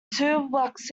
toolbox